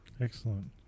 excellent